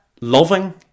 loving